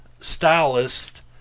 stylist